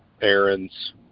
errands